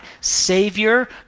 savior